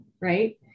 right